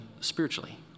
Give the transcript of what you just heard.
spiritually